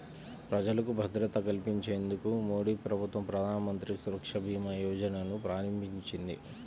ప్రజలకు భద్రత కల్పించేందుకు మోదీప్రభుత్వం ప్రధానమంత్రి సురక్ష భీమా యోజనను ప్రారంభించింది